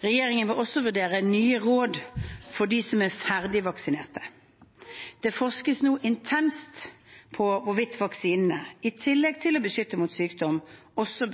Regjeringen vil også vurdere nye råd for dem som er ferdig vaksinert. Det forskes nå intenst på hvorvidt vaksinene, i tillegg til å beskytte mot sykdom, også